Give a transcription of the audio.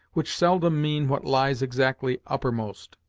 which seldom mean what lies exactly uppermost.